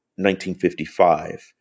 1955